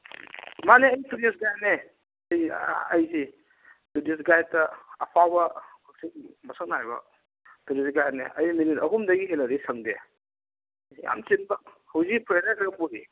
ꯃꯥꯅꯦ ꯑꯩ ꯇꯨꯔꯤꯁ ꯒꯥꯏꯠꯅꯦ ꯑꯩ ꯑꯩꯁꯤ ꯇꯨꯔꯤꯁ ꯒꯥꯏꯠꯇ ꯑꯐꯥꯎꯕ ꯃꯁꯛ ꯅꯥꯏꯕ ꯇꯨꯔꯤꯁ ꯒꯥꯏꯗꯅꯦ ꯑꯩ ꯃꯤꯅꯤꯠ ꯑꯍꯨꯝꯗꯒꯤ ꯍꯦꯜꯂꯗꯤ ꯁꯪꯗꯦ ꯑꯩꯁꯦ ꯌꯥꯝ ꯆꯤꯟꯕ ꯍꯧꯖꯤꯛ ꯕ꯭ꯔꯗꯔ ꯈꯔ ꯄꯨꯔꯤ